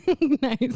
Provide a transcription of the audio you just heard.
Nice